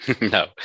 No